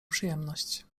przyjemność